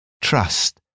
Trust